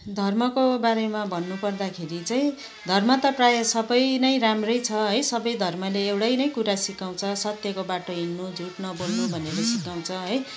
धर्मको बारेमा भन्नु पर्दाखेरि चाहिँ धर्म त प्रायः सबै नै राम्रै छ है सबै धर्मले एउटै नै कुरा सिकाउँछ सत्यको बाटो हिड्नु झुट नबोल्नु भनेर सिकाउँछ है